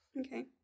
Okay